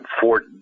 Fort